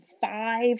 five